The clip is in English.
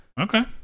okay